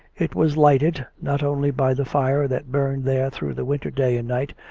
it was lighted, not only by the fire that burned there through the winter day and night,